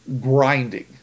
grinding